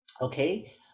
Okay